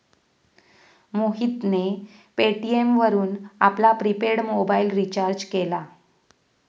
मोहितने पेटीएम वरून आपला प्रिपेड मोबाइल रिचार्ज केला